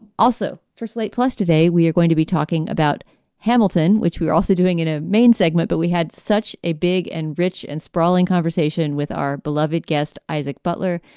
also for slate plus today, we are going to be talking about hamilton, which we're also doing in a main segment. but we had such a big and rich and sprawling conversation with our beloved guest, isaac butler,